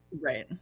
Right